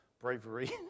bravery